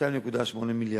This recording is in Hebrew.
2.8 מיליארד,